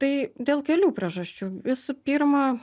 tai dėl kelių priežasčių visų pirma